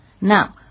Now